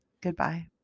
Goodbye